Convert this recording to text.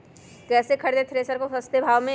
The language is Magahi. कैसे खरीदे थ्रेसर को सस्ते भाव में?